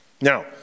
Now